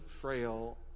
frail